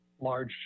large